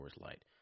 Light